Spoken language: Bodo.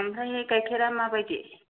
आमफ्राय गाइखेरा मा बायदि